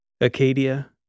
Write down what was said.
Acadia